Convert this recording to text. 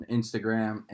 Instagram